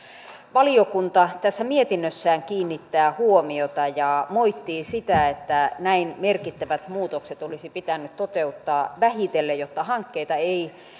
valiokunta tässä mietinnössään kiinnittää huomiota ja moittii sitä että näin merkittävät muutokset olisi pitänyt toteuttaa vähitellen jotta hankkeita ei